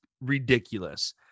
ridiculous